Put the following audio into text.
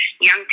young